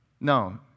No